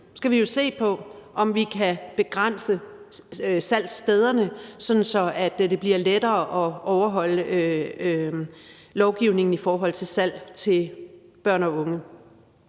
skal vi se på, om vi kan begrænse antallet af salgssteder, sådan at det bliver lettere at overholde lovgivningen i forhold til salg til børn og unge.